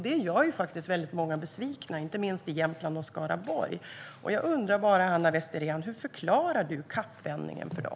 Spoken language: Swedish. Det gör faktiskt väldigt många besvikna, inte minst i Jämtland och Skaraborg. Jag undrar, Hanna Westerén, hur du förklarar kappvändningen för dem.